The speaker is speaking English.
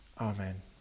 Amen